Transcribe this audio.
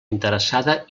interessada